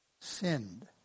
sinned